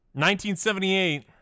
1978